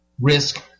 risk